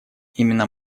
именно